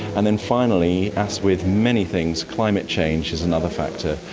and then finally, as with many things, climate change is another factor,